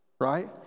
right